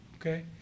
okay